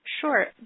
Sure